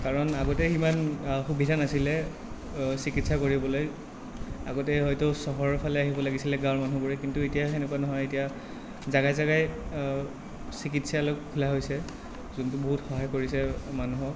কাৰণ আগতে সিমান সুবিধা নাছিলে চিকিৎসা কৰিবলৈ আগতে হয়তো চহৰৰ ফালে আহিব লাগিছিল গাঁৱৰ মানহবোৰে কিন্তু এতিয়া সেনেকুৱা নহয় এতিয়া জাগাই জাগাই চিকিৎসালয় খোলা হৈছে যোনটোয়ে বহুত সহায় কৰিছে মানুহক